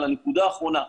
לנקודה האחרונה,